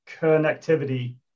connectivity